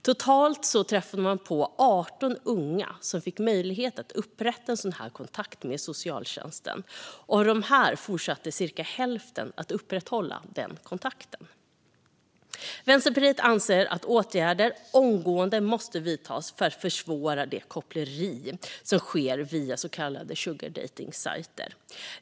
Totalt anträffades 18 unga som fick möjlighet att upprätta en sådan kontakt, och av dessa var det cirka hälften som upprätthöll kontakten. Vänsterpartiet anser att åtgärder omgående måste vidtas för att försvåra det koppleri som sker via så kallade sugardejtningssajter.